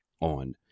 on